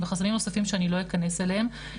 אני לא אכנס אליהם,